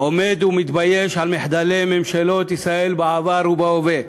עומד ומתבייש על מחדלי ממשלות ישראל בעבר ובהווה,